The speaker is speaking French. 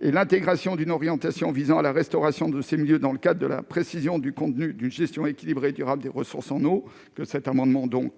L'intégration d'une orientation visant à la restauration de ces milieux, dans le cadre de la précision du contenu d'une gestion équilibrée et durable des ressources en eau que cet amendement tend